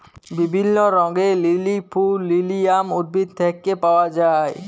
বিভিল্য রঙের লিলি ফুল লিলিয়াম উদ্ভিদ থেক্যে পাওয়া যায়